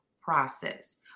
process